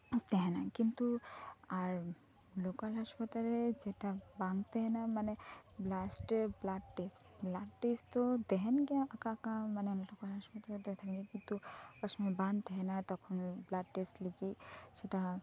ᱛᱟᱦᱮᱸᱱᱟ ᱠᱤᱱᱛᱩ ᱟᱨ ᱞᱳᱠᱟᱞ ᱦᱟᱸᱥᱯᱟᱛᱟᱞ ᱨᱮ ᱡᱮᱴᱟ ᱵᱟᱝ ᱛᱟᱦᱮᱸᱱᱟ ᱢᱟᱱᱮ ᱞᱟᱥᱴᱮ ᱵᱽᱞᱟᱰ ᱴᱮᱥᱴ ᱵᱽᱞᱟᱰ ᱴᱮᱥᱴ ᱫᱚ ᱛᱟᱦᱮᱸᱱ ᱜᱮᱭᱟ ᱚᱠᱟ ᱚᱠᱟ ᱢᱟᱱᱮ ᱞᱳᱠᱟᱞ ᱦᱟᱸᱥᱯᱟᱛᱟᱞ ᱨᱮᱫᱚ ᱛᱟᱦᱮᱸᱱ ᱜᱮᱭᱟ ᱠᱤᱱᱛᱩ ᱚᱠᱟ ᱥᱚᱢᱚᱭ ᱵᱟᱝ ᱛᱟᱦᱮᱸᱱᱟ ᱛᱚᱠᱷᱚᱱ ᱵᱞᱟᱰ ᱴᱮᱥᱴ ᱞᱟ ᱜᱤᱫ ᱥᱮᱴᱟ